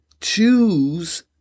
choose